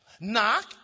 Knock